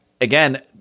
again